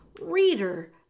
reader